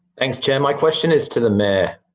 thanks, chair my question is to the mayor.